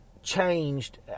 changed